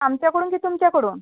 आमच्याकडून की तुमच्याकडून